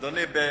אדוני,